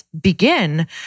begin